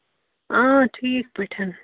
آ ٹھیٖک پٲٹھۍ